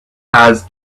has